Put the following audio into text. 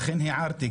לכן הערתי,